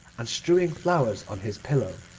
and strewing flowers on his pillow.